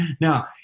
Now